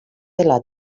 dela